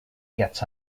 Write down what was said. gets